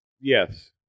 Yes